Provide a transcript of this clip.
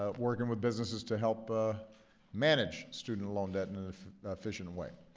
ah working with businesses to help ah manage student loan debt in an efficient way.